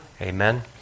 Amen